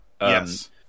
Yes